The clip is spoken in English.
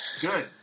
Good